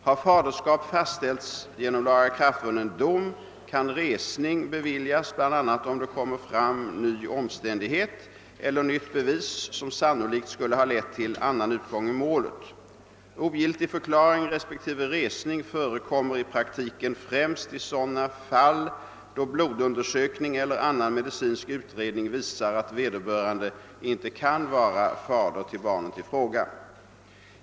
Har faderskap fastställts genom lagakraftvunnen dom, kan resning beviljas bl.a. om det kommer fram ny omständighet eller nytt bevis som sannolikt skulle ha lett till annan utgång i målet. Ogiltigförklaring respektive resning förekommer i praktiken främst i sådana fall då blodundersökning eller annan medicinsk utredning visar, att vederbörande inte kan vara fader till barnet i fråga.